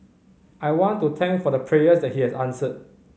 I want to thank for the prayers that he has answered